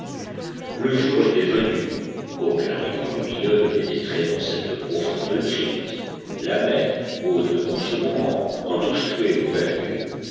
le jour était venu aucun rayon lumineux ne pénétrait dans cette profonde crypte la mer haute en ce moment en obstruait l'ouverture